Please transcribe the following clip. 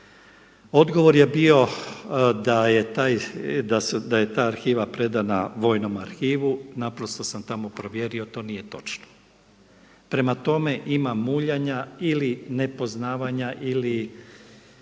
bio da je taj, da je ta arhiva predana vojnom arhivu. Naprosto sam tamo provjerio to nije točno. Prema tome, ima muljanja ili nepoznavanja ili